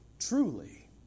Truly